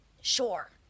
Sure